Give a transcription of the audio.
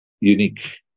unique